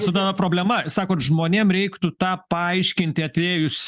su ta problema sakot žmonėm reiktų tą paaiškinti atėjus